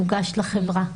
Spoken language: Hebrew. מוגש לחברה.